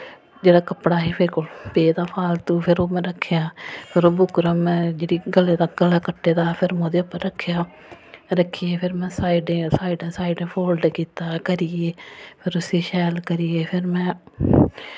जेह्ड़ा कपड़ा हा मेरे कोल पेदा फालतू फिर ओह् में रक्खेआ फिर ओह् बुकरम में जेह्ड़ी गले दा गला कट्टे दा हा फिर में ओह्दे पर रक्खेआ रक्खियै फिर में साइडें साइडें साइडें फोल्ड कीता करियै फिर उसी शैल करियै फिर में